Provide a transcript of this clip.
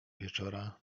wieczora